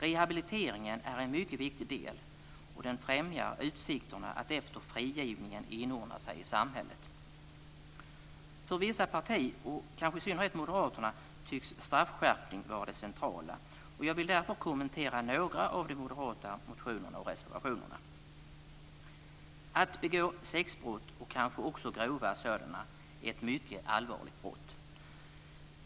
Rehabiliteringen är en mycket viktig del, och den främjar utsikterna att efter frigivningen inordna sig i samhället. För vissa partier, och i synnerhet Moderaterna, tycks straffskärpning vara det centrala, och jag vill därför kommentera några av de moderata motionerna och reservationerna. Att begå sexbrott, och kanske också grova sådana, är mycket allvarligt.